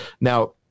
Now